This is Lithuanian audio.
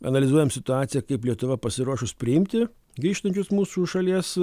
analizuojam situaciją kaip lietuva pasiruošus priimti grįžtančius mūsų šalies